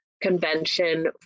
convention